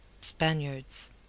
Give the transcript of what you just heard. Spaniards